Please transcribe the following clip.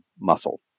muscle